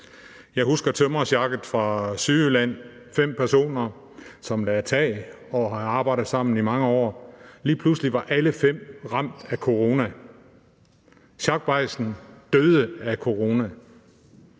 Jeg husker tømrersjakket fra Sydjylland: Fem personer, som lagde tag og havde arbejdet sammen i mange år, og lige pludselig var alle fem ramt af corona. Sjakbajsen døde af corona.